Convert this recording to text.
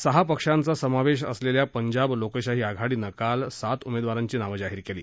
सहा पक्षांच्या समावेश असलेल्या पंजाब लोकशाही आघाडीनं काल सात उमेदवारांची नावं जाहीर केली